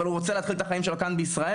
אבל הוא רוצה להתחיל את החיים שלו כאן בישראל.